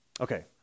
Okay